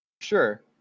Sure